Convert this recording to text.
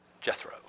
Jethro